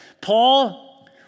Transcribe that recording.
Paul